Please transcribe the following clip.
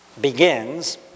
begins